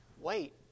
Wait